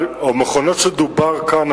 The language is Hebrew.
המכונות שדובר כאן,